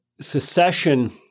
Secession